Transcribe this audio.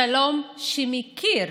שלום שמכיר